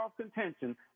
contention